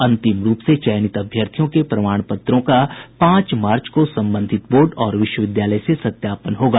अंतिम रूप से चयनित अभ्यर्थियों के प्रमाण पत्रों का पांच मार्च को संबंधित बोर्ड और विश्वविद्यालय से सत्यापन होगा